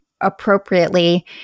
appropriately